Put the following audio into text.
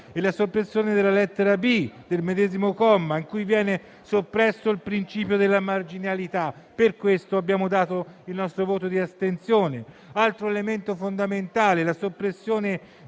alla soppressione della lettera *b)* del medesimo comma, in cui viene soppresso il principio della marginalità. Per questo abbiamo espresso il nostro voto di astensione. Un altro elemento fondamentale è la soppressione